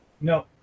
No